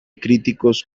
críticos